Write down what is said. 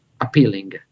appealing